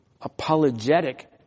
apologetic